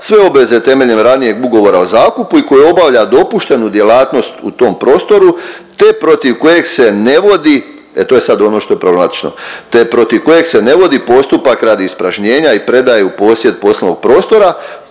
sve obveze temeljem ranijeg ugovora o zakupu i koji obavlja dopuštenu djelatnost u tom prostoru, te protiv kojeg se ne vodi, e to je sad ono što je problematično, te protiv